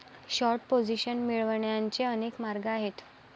short position मिळवण्याचे अनेक मार्ग आहेत